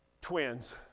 Twins